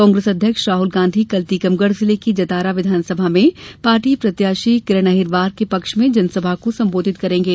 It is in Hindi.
कांग्रेस अध्यक्ष राहल गांधी कल टीकमगढ़ जिले की जतारा विधानसभा में पार्टी प्रत्याशी किरण अहिरवार के पक्ष में जनसभा को संबोधित करेंगे